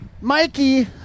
Mikey